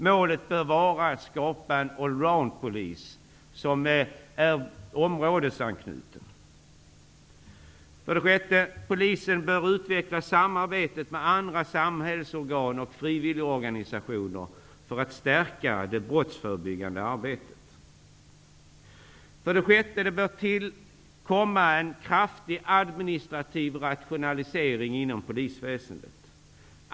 Målet bör vara att skapa en allround-polis som är områdesanknuten. Polisen bör utveckla samarbetet med andra samhällsorgan och frivilligorganisationer för att stärka det brottsförebyggande arbetet. Det bör tillkomma en kraftig administrativ rationalisering inom polisväsendet.